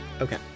okay